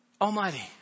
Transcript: Almighty